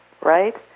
right